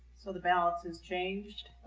so the balance is changed?